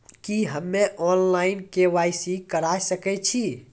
की हम्मे online, KYC करा सकैत छी?